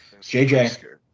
JJ